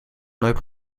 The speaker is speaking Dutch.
nooit